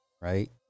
right